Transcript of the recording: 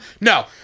No